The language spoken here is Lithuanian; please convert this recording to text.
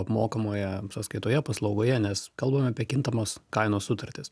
apmokamoje sąskaitoje paslaugoje nes kalbame apie kintamos kainos sutartis